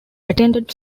attended